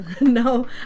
no